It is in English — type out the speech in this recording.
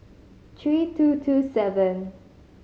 three two two seven